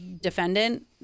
defendant